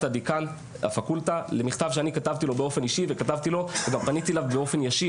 הדיקן למכתב שאני כתבתי לו באופן אישי,